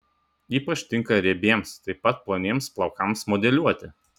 ypač tinka riebiems taip pat ploniems plaukams modeliuoti